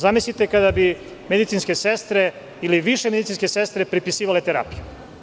Zamislite kada bi medicinske sestre ili više medicinske sestre prepisivale terapiju?